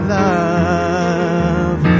love